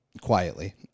Quietly